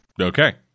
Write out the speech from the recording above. Okay